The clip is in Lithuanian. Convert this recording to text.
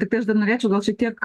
tiktai aš dar norėčiau gal šiek tiek